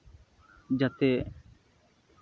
ᱡᱟᱛᱮ